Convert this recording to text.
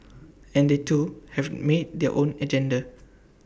and they too have may their own agenda